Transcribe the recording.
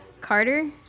carter